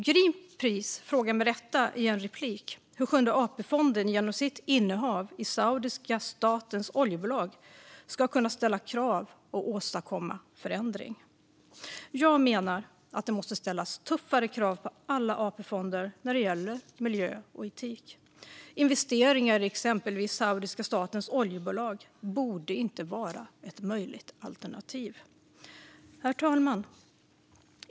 Greenpeace frågade med rätta i en replik hur Sjunde AP-fonden genom sitt innehav i saudiska statens oljebolag ska kunna ställa krav och åstadkomma förändring. Jag menar att det måste ställas tuffare krav på alla AP-fonder när det gäller miljö och etik. Investeringar i exempelvis saudiska statens oljebolag borde inte vara ett möjligt alternativ. Herr talman!